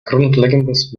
grundlegendes